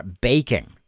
baking